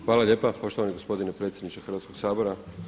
Hvala lijepa poštovani gospodine predsjedniče Hrvatskoga sabora.